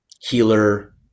healer